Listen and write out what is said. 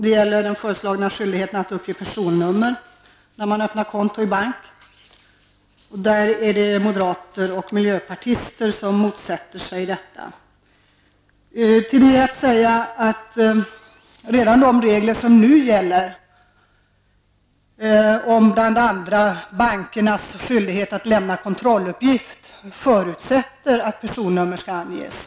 Det gäller den föreslagna skyldigheten att uppge personummer när det öppnas konto i bank. Moderater och miljöpartister motsätter sig detta. Om det är att säga att redan de regler som nu gäller, bl.a. om bankernas skyldighet att lämna kontrolluppgift, förutsätter att personummer skall anges.